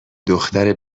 دختر